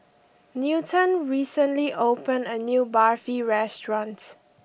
Newton recently opened a new Barfi restaurant